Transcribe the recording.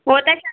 उहो त